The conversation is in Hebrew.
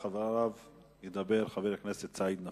אחריו ידבר חבר הכנסת סעיד נפאע.